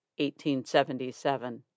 1877